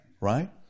right